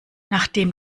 nachdem